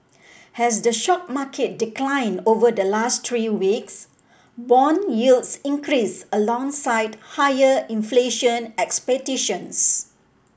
as the stock market declined over the last three weeks bond yields increased alongside higher inflation expectations